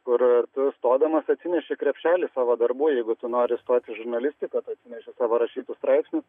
kur ir tu stodamas atsineši krepšelį savo darbų jeigu tu nori stoti į žurnalistiką atsineši savo rašytus straipsnius